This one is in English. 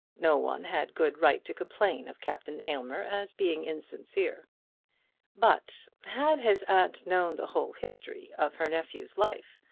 no one had good right to complain of captain aylmer as being insincere but had his aunt known the whole history of her nephew's life,